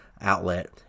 outlet